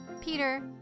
Peter